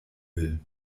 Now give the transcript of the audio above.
will